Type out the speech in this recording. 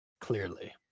Clearly